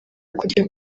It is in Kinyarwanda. kujya